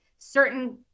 certain